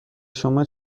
شما